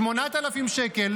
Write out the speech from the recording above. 8,000 שקל,